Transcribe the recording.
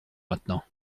maintenant